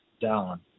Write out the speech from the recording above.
down